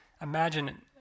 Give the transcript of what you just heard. imagine